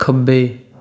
ਖੱਬੇ